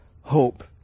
hope